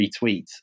retweet